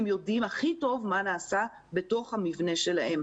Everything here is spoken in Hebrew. הם יודעים הכי טוב מה נעשה בתוך המבנה שלהם,